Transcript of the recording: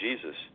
Jesus